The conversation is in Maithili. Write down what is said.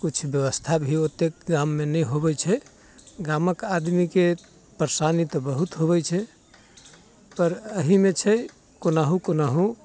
किछु व्यवस्था भी ओतेक गाममे नहि होबैत छै गामक आदमीके परेशानी तऽ बहुत होबैत छै पर एहिमे छै कोनाहुँ कोनाहुँ